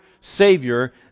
savior